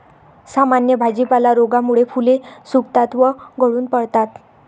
सामान्य भाजीपाला रोगामुळे फुले सुकतात व गळून पडतात